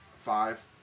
Five